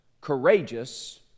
courageous